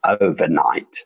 overnight